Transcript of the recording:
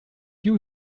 you